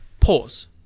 pause